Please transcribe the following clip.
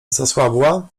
zasłabła